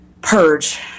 purge